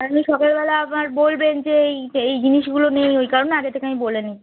আপনি সকালবেলা আবার বলবেন যে এই এই জিনিসগুলো নেই ওই কারণে আগে থেকে আমি বলে নিচ্ছি